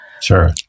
Sure